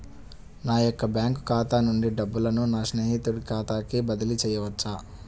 నా యొక్క బ్యాంకు ఖాతా నుండి డబ్బులను నా స్నేహితుని ఖాతాకు బదిలీ చేయవచ్చా?